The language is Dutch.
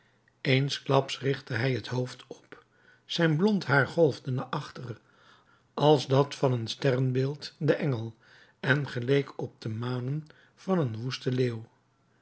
eensklaps richtte hij het hoofd op zijn blond haar golfde naar achter als dat van het sterrenbeeld den engel en geleek op de manen van een woesten leeuw